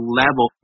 level